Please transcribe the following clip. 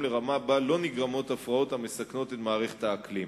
לרמה שבה לא נגרמות הפרעות המסכנות את מערכת האקלים.